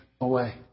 away